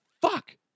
fuck